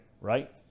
right